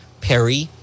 Perry